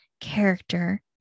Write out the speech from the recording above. character